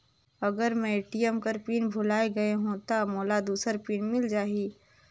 अगर मैं ए.टी.एम कर पिन भुलाये गये हो ता मोला दूसर पिन मिल जाही?